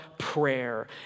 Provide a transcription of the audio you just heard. Prayer